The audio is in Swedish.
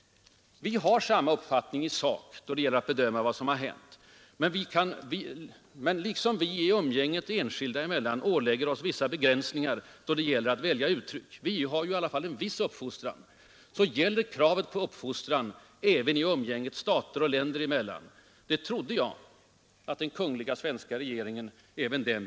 Vi har samma uppfattning i sak då det gäller att bedöma vad som hänt i Vietnam. Men liksom vi i umgänget enskilda människor emellan ålägger oss begränsningar då det gäller att välja uttryck — vi har i alla fall en viss uppfostran — så krävs det uppfostran även i umgänget stater emellan. Det trodde jag att även den kungliga svenska regeringen begrep.